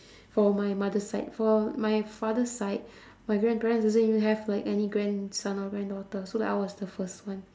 for my mother's side for my father's side my grandparents doesn't even have like any grandson or granddaughter so like I was the first one